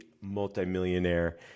multimillionaire